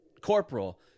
corporal